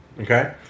okay